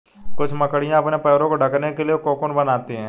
कुछ मकड़ियाँ अपने पैरों को ढकने के लिए कोकून बनाती हैं